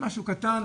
משהו קטן,